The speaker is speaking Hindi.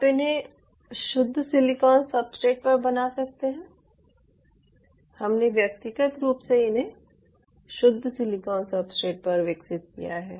आप उन्हें शुद्ध सिलिकॉन सब्सट्रेट्स पर बना सकते हैं हमने व्यक्तिगत रूप से इसे शुद्ध सिलिकॉन सब्सट्रेट्स पर विकसित किया है